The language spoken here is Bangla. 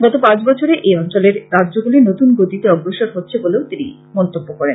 গত পাঁচ বছরে এই অঞ্চলের রাজ্যগুলি নতুন গতিতে অগ্রসর হচ্ছে বলে তিনি মন্তব্য করেন